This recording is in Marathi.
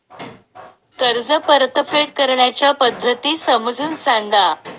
कर्ज परतफेड करण्याच्या पद्धती समजून सांगा